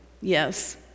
yes